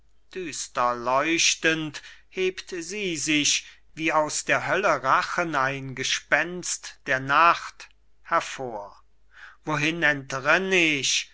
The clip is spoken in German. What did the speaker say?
düster leuchtend hebt sie sich wie aus der hölle rachen ein gespenst der nacht hervor wohin entrinn ich